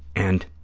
and